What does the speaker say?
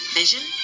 vision